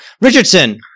Richardson